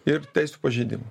ir teisių pažeidimą